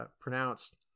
pronounced